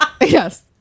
Yes